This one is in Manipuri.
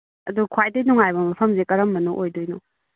ꯑꯗꯨ ꯈ꯭ꯋꯥꯏꯗꯩ ꯅꯨꯡꯉꯥꯏꯕ ꯃꯐꯝꯁꯦ ꯀꯔꯝꯕꯅ ꯑꯣꯏꯗꯣꯏꯅꯣ